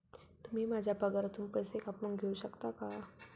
तुम्ही माझ्या पगारातून पैसे कापून घेऊ शकता का?